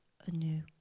anew